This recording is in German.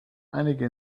einige